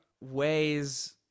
ways